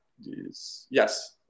yes